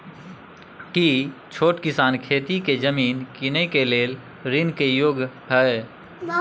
की छोट किसान खेती के जमीन कीनय के लेल ऋण के योग्य हय?